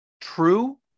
true